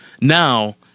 Now